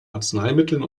arzneimitteln